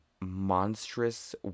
monstrous